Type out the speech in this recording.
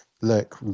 look